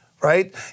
right